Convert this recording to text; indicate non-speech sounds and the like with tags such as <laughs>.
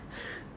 <laughs>